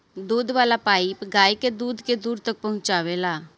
दूध वाला पाइप गाय के दूध के दूर तक पहुचावेला